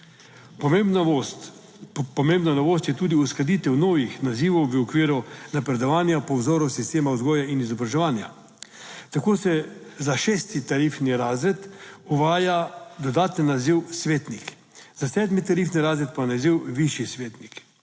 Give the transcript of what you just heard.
pomembna novost je tudi uskladitev novih nazivov v okviru napredovanja po vzoru sistema vzgoje in izobraževanja. Tako se za šesti tarifni razred uvaja dodaten naziv svetnik, za sedmi tarifni razred pa naziv višji svetnik.